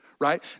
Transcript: right